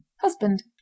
husband